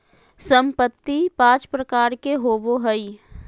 संपत्ति पांच प्रकार के होबो हइ